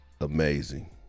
amazing